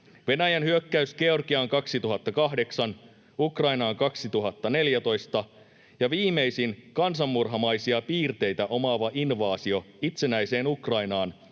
Venäjän hyökkäys Georgiaan 2008, Ukrainaan 2014 ja viimeisin, kansanmurhamaisia piirteitä omaava invaasio itsenäiseen Ukrainaan